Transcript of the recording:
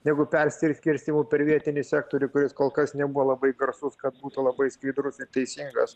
negu persiskirstymu per vietinį sektorių kuris kol kas nebuvo labai garsus kad būtų labai skaidrus ir teisingas